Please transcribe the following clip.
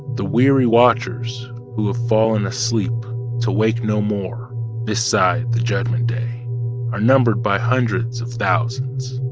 the weary watchers who have fallen asleep to wake no more beside the judgment day are numbered by hundreds of thousands.